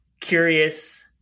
curious